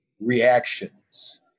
reactions